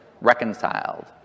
reconciled